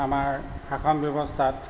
আমাৰ শাসন ব্যৱস্থাত